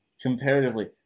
comparatively